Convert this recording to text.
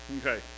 Okay